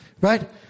Right